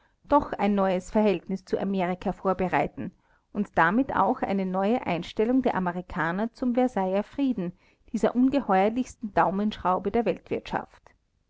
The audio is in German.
doch ein neues verhältnis zu amerika vorbereiten und damit auch eine neue einstellung der amerikaner zum versailler frieden dieser ungeheuerlichsten daumenschraube der weltwirtschaft